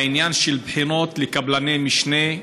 בעניין של בחינות לקבלני משנה,